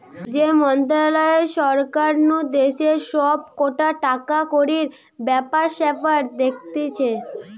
যে মন্ত্রণালয় সরকার নু দেশের সব কটা টাকাকড়ির ব্যাপার স্যাপার দেখতিছে